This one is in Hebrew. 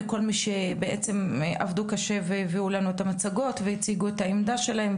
לכל מי שבעצם עבד קשה והביא לנו את המצגות והציגו לנו את העמדה שלהם,